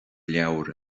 leabhar